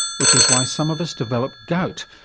which is why some of us develop gout,